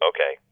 Okay